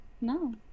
no